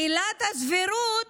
עילת הסבירות